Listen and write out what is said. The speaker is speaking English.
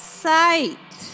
sight